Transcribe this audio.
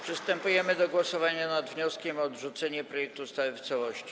Przystępujemy do głosowania nad wnioskiem o odrzucenie projektu ustawy w całości.